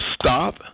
stop